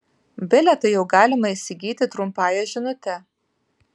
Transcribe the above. bilietą jau galima įsigyti trumpąja žinute